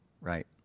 Right